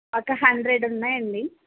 ఒక హండ్రెడ్ ఉన్నాయండి